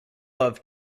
love